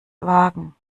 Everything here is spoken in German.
wagen